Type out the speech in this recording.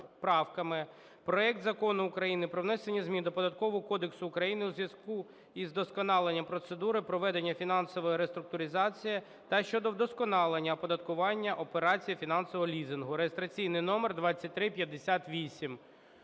проект Закону України про внесення змін до Податкового кодексу України у зв'язку із вдосконаленням процедури проведення фінансової реструктуризації та щодо вдосконалення оподаткування операцій фінансового лізингу (реєстраційний номер 2358).